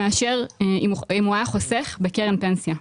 מאשר אם הוא היה חוסך בקרן פנסיה.